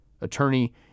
attorney